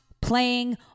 playing